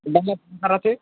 मतलब